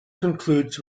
concludes